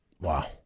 Wow